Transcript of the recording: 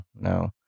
no